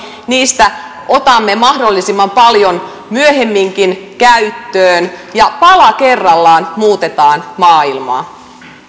niistä otamme mahdollisimman paljon myöhemminkin käyttöön ja pala kerrallaan muutetaan maailmaa